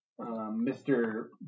Mr